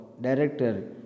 Director